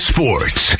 Sports